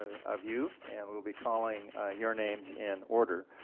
ah of you and we will be calling your names in order.